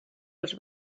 els